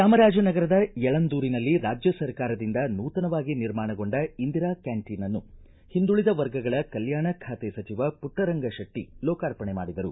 ಚಾಮರಾಜನಗರದ ಯಳಂದೂರಿನಲ್ಲಿ ರಾಜ್ಯ ಸರ್ಕಾರದಿಂದ ನೂತನವಾಗಿ ನಿರ್ಮಾಣಗೊಂಡ ಇಂದಿರಾ ಕ್ಯಾಂಟೀನ್ನ್ನು ಹಿಂದುಳಿದ ವರ್ಗಗಳ ಕಲ್ಕಾಣ ಖಾತೆ ಸಚಿವ ಪುಟ್ಟರಂಗಶೆಟ್ಟ ಲೋಕಾರ್ಪಣೆ ಮಾಡಿದರು